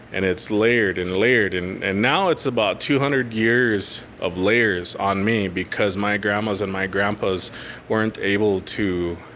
and it's layered and layered. and and now it's about two hundred years of layers on me, because my grandmas and my grandpas weren't able to